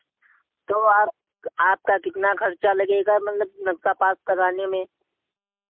तो आप आपका कितना खर्चा लगेगा मतलब नक्शा पास कराने में